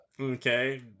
Okay